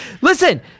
Listen